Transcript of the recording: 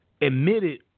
admitted